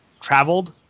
traveled